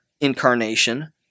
incarnation